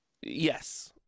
yes